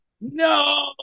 No